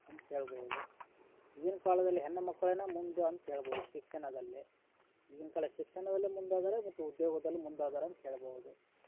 ಅಂತ ಹೇಳ್ಬೋದು ಈಗಿನ ಕಾಲದಲ್ಲಿ ಹೆಣ್ಣು ಮಕ್ಕಳನ್ನು ಮುಂದೆ ಅಂತ ಹೇಳ್ಬೋದು ಶಿಕ್ಷಣದಲ್ಲಿ ಈಗಿನ ಕಾಲ ಶಿಕ್ಷಣದಲ್ಲಿ ಮುಂದೆ ಇದಾರೆ ಮತ್ತು ಉದ್ಯೋಗದಲ್ಲು ಮುಂದ ಇದಾರ ಅಂತ ಹೇಳ್ಬೋದು